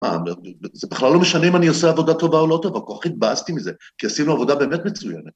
‫מה, זה בכלל לא משנה ‫אם אני עושה עבודה טובה או לא טובה, ‫כל כך התבאסתי מזה, ‫כי עשינו עבודה באמת מצוינת.